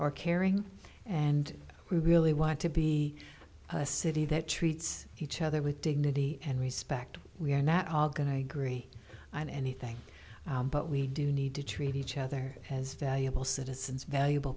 or caring and we really want to be a city that treats each other with dignity and respect we are not all going to agree on anything but we do need to treat each other as valuable citizens valuable